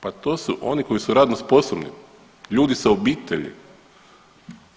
Pa to su oni koji su radno sposobni, ljudi za obitelji